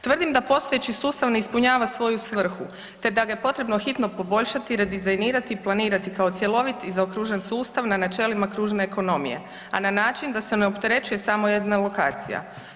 Tvrdim da postojeći sustav ne ispunjava svoju svrhu te da ga je potrebno hitno poboljšati, redizajnirati i planirati kao cjelovit i zaokružen sustav na načelima kružne ekonomije, a na način da se ne opterećuje samo jedna lokacija.